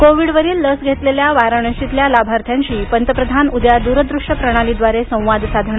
कोविडवरील लस घेतलेल्या वाराणशीतल्या लाभार्थींशी पंतप्रधान उद्या द्रदृश्य प्रणालीद्वारे संवाद साधणार